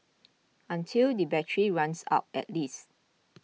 until the battery runs out at least